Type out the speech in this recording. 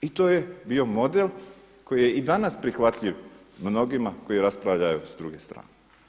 I to je bio model koji je i danas prihvatljiv mnogima koji raspravljaju s druge strane.